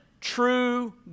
true